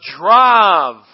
drive